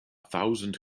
thousand